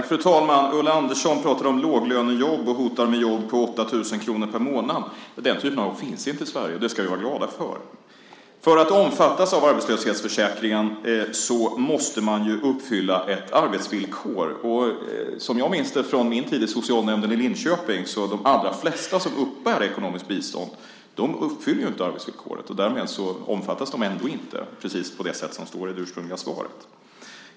Fru talman! Ulla Andersson talar om låglönejobb och hotar med jobb på 8 000 kr i månaden. Den typen av jobb finns inte i Sverige, och det ska vi vara glada för. För att omfattas av arbetslöshetsförsäkringen måste man uppfylla ett arbetsvillkor. Som jag minns det från min tid i socialnämnden i Linköping uppfyller de allra flesta som uppbär ekonomiskt bistånd inte arbetsvillkoret. Därmed omfattas de ändå inte, precis på det sätt som står i det ursprungliga svaret.